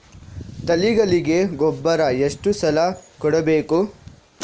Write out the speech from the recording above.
ತಳಿಗಳಿಗೆ ಗೊಬ್ಬರ ಎಷ್ಟು ಸಲ ಕೊಡಬೇಕು?